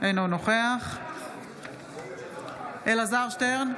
אינו נוכח אלעזר שטרן,